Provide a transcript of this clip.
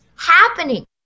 happening